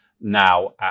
now